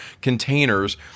containers